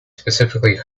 specifically